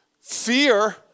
fear